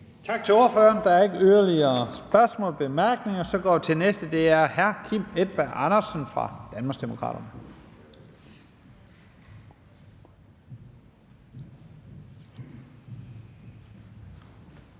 Tak til ordføreren. Der er ikke yderligere korte bemærkninger, og så går vi til den næste ordfører. Det er hr. Kim Edberg Andersen fra Danmarksdemokraterne.